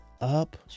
up